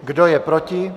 Kdo je proti?